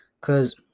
Cause